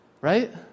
right